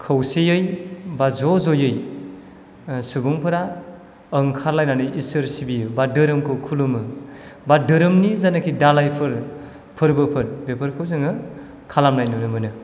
खौसेयै बा ज' ज'यै सुबुंफोरा ओंखार लायनानै इसोर सिबियो बा धाेरोमखौ खुलुमो बा धाेराेमनि जेनेखि दालायफोर फोरबोफोर बेफोरखौ जोङो खालामनाय नुनो मोनो